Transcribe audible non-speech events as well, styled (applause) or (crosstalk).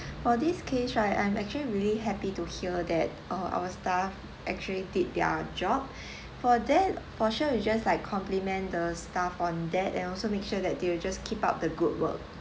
for this case right I'm actually really happy to hear that uh our staff actually did their job (breath) for that for you we just like compliment the staff on that and also make sure that they will just keep up the good work